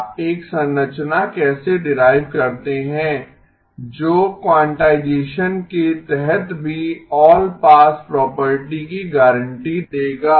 आप एक संरचना कैसे डीराइव करते हैं जो क्वांटाइजेसन के तहत भी ऑल पास प्रॉपर्टी की गारंटी देगा